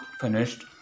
finished